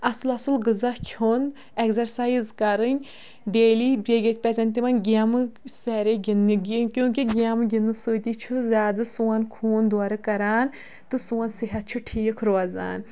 اَصٕل اَصٕل غذا کھیوٚن اٮ۪کزَرسایِز کَرٕنۍ ڈیلی بیٚیہِ گژھِ پَزٮ۪ن تِمَن گیمہٕ سارے گِنٛدنہِ کیوٗنٛکہِ گیمہٕ گِنٛدنہٕ سۭتی چھُ زیادٕ سون خوٗن دورٕ کَران تہٕ سون صحت چھُ ٹھیٖک روزان